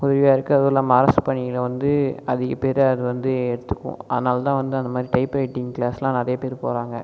உதவியாக இருக்குது அதுவும் இல்லாமல் அரசு பணியில் வந்து அதிக பேரை அது வந்து எடுத்துக்கும் அதனால் தான் வந்து அந்த மாதிரி டைப்ரைட்டிங் கிளாஸ்லாம் நிறையா பேர் போகிறாங்க